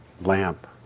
lamp